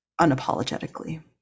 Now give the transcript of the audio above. unapologetically